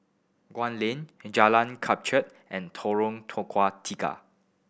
Gul Lane Jalan Kelichap and Tukang Tiga